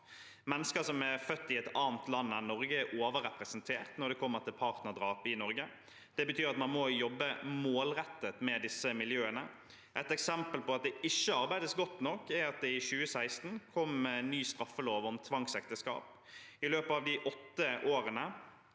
Mennesker som er født i et annet land enn Norge, er overrepresentert når det gjelder partnerdrap i Norge. Det betyr at man må jobbe målrettet med disse miljøene. Et eksempel på at det ikke arbeides godt nok, er at det i 2016 kom en ny straffelov om tvangsekteskap. I løpet av de åtte årene